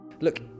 Look